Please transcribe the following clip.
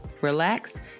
relax